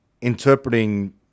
interpreting